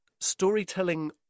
storytelling